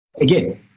again